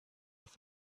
with